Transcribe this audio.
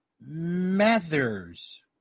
Mathers